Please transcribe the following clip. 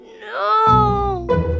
No